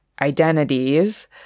identities